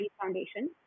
Foundation